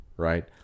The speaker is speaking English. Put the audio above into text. right